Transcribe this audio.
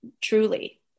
truly